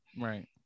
Right